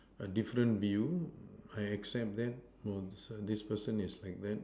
a different view I accept that oh this err this person is like that